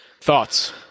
Thoughts